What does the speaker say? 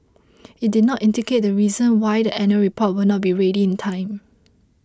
it did not indicate the reason why the annual report will not be ready in time